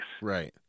Right